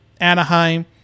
Anaheim